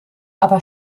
aber